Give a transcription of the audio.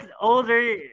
older